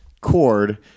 cord